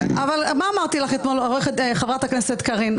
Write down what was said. אבל מה אמרתי לך אתמול, חברת הכנסת קארין?